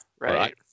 right